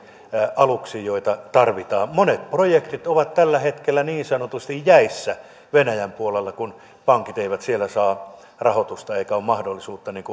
aluksiin joita tarvitaan monet projektit ovat tällä hetkellä niin sanotusti jäissä venäjän puolella kun pankit eivät siellä saa rahoitusta eikä ole mahdollisuutta